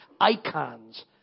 icons